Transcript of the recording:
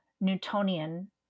Newtonian